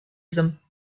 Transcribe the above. them